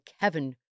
Kevin